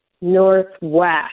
northwest